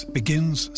begins